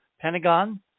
Pentagon